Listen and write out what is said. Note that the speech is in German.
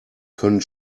können